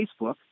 Facebook